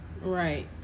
Right